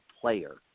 player